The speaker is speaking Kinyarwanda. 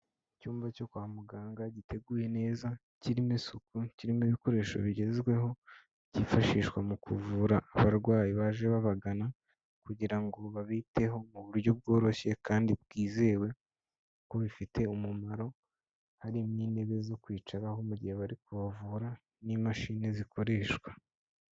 Icyumba cyo kwa muganga giteguye neza, kirimo isuku, kirimo ibikoresho bigezweho byifashishwa mu kuvura abarwayi baje babagana kugira ngo babiteho mu buryo bworoshye kandi bwizewe kuko bifite umumaro, hari n'intebe zo kwicaraho mu gihe bari kubavura n'imashini zikoreshwa.